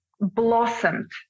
blossomed